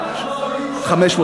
בינתיים לא עושים.